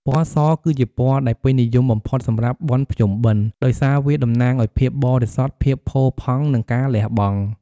ពណ៌ស គឺជាពណ៌ដែលពេញនិយមបំផុតសម្រាប់បុណ្យភ្ជុំបិណ្ឌ ដោយសារវាតំណាងឱ្យភាពបរិសុទ្ធ ភាពផូរផង់ និងការលះបង់។